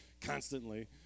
constantly